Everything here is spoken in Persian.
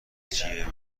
جیه